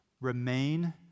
Remain